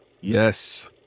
Yes